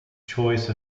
choice